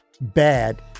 bad